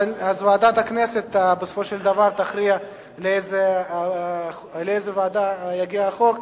אז ועדת הכנסת בסופו של דבר תכריע לאיזו ועדה יגיע החוק.